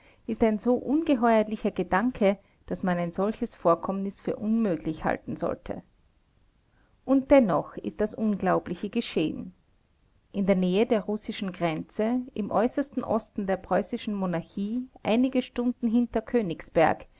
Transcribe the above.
ist ein so ungeheuerlicher gedanke daß man ein solches vorkommnis für unmöglich halten sollte und dennoch ist das unglaubliche geschehen in der nähe der russischen grenze im äußersten osten der preußischen monarchie einige stunden hinter königsberg